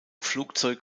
flugzeug